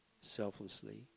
selflessly